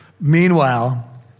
Meanwhile